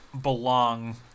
belong